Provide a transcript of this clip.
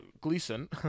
Gleason